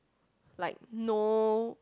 like no